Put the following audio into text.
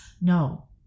No